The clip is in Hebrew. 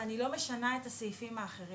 אבל אני לא משנה את הסעיפים האחרים.